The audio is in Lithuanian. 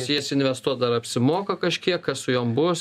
į jas investuot dar apsimoka kažkiek kas su jom bus